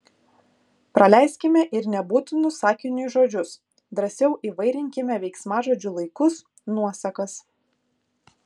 praleiskime ir nebūtinus sakiniui žodžius drąsiau įvairinkime veiksmažodžių laikus nuosakas